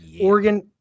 Oregon